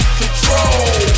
control